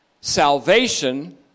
salvation